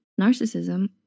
narcissism